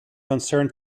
concern